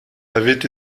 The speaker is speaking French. avait